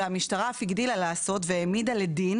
והמשטרה אף הגדילה לעשות והעמידה לדין